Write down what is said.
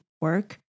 work